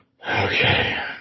Okay